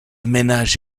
ménage